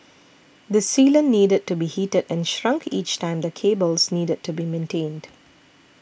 this sealant needed to be heated and shrunk each time the cables needed to be maintained